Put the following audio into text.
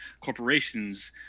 corporations